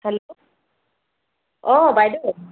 hello অঁ বাইদেউ